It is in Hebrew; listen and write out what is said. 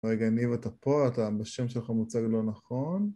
רגע ניב אתה פה אתה השם שלך מוצג לא נכון